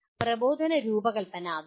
പ്രബോധന രൂപകൽപ്പന അതാണ്